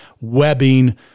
webbing